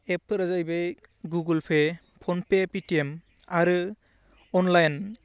एपफोरा जाहैबाय Google pay PhonePe Paytm आरो online